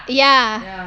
ya